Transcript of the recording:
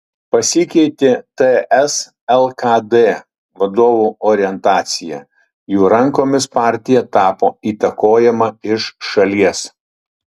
pasikeitė ts lkd vadovų orientacija jų rankomis partija tapo įtakojama iš šalies